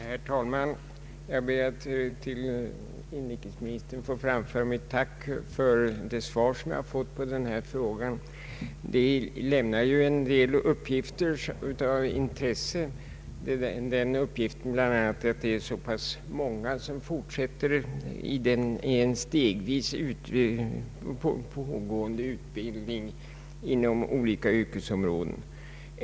Herr talman! Jag ber att till inrikesministern få framföra mitt tack för det svar som jag har fått på interpellationen. Svaret lämnar ju en del uppgifter — bl.a. den uppgiften att det är så pass många som fortsätter i en stegvis fortgående utbildning på olika yrkesområden.